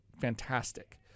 fantastic